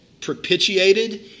propitiated